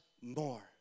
more